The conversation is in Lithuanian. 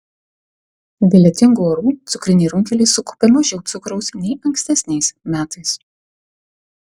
dėl lietingų orų cukriniai runkeliai sukaupė mažiau cukraus nei ankstesniais metais